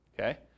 Okay